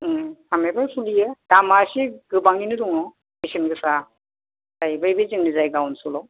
उम फाननायावथ' सोलियो दामा एसे गोबांनिनो दङ बेसेन गोसा जाहैबाय बे जोंनि जायगा अनसोलाव